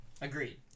Agreed